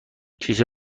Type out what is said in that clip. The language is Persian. کیسه